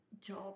job